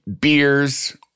beers